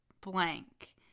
blank